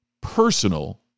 personal